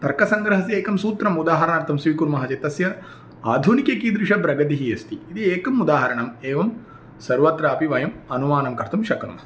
तर्कसङ्ग्रहस्य एकं सूत्रम् उदाहरणार्थं स्वीकुर्मः चेत् तस्य आधुनिकी कीदृश प्रगतिः अस्ति इति एकम् उदाहरणम् एवं सर्वत्रापि वयम् अनुमानं कर्तुं शक्नुमः